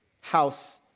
house